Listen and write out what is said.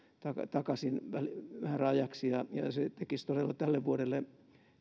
takaisin määräajaksi ja se todella tekisi tälle vuodelle